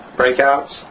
breakouts